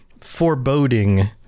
foreboding